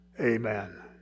Amen